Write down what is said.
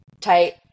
tight